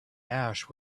ash